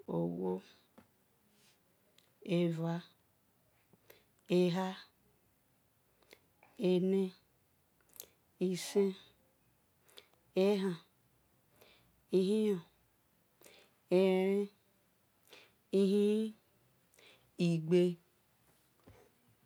Owo eva eha ene isen ehan ihion elele ihlili igbe